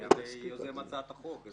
אני הרי יוזם הצעת החוק.